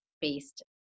based